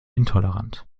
intolerant